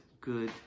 good